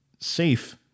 Safe